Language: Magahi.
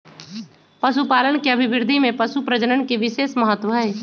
पशुपालन के अभिवृद्धि में पशुप्रजनन के विशेष महत्त्व हई